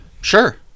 Sure